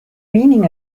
meaning